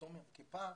כדיכוטומיה וכפער,